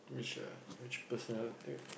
which uh which personal trait